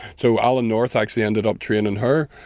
so alan north actually ended up training her.